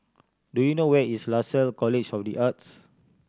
do you know where is Lasalle College of The Arts